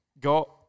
go